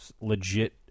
legit